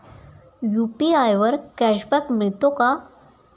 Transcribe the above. UPI वर cashback मिळतो का?